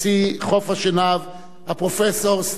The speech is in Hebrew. הפרופסור סטנלי פישר ורעייתו,